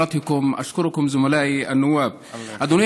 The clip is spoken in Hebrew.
אדוני